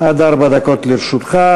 עד ארבע דקות לרשותך.